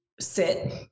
sit